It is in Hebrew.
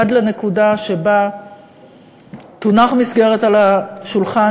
עד לנקודה שבה תונח מסגרת על השולחן,